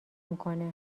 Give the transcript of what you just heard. میکنه